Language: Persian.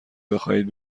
بخواهید